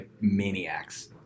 maniacs